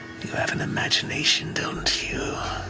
you have an imagination, don't you?